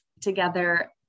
together